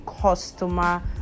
customer